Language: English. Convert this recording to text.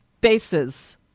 bases